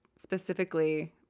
specifically